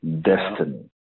destiny